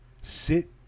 Sit